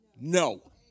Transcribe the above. no